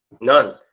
none